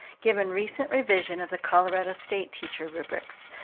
given recent revision of the colorado state teacher rubrics.